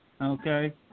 Okay